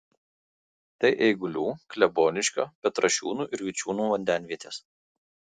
tai eigulių kleboniškio petrašiūnų ir vičiūnų vandenvietės